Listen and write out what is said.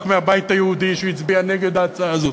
מהבית היהודי שהצביע נגד ההצעה הזאת.